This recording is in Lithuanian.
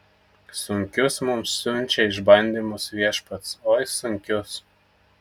sunkius mums siunčia išbandymus viešpats oi sunkius